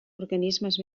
organismes